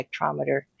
spectrometer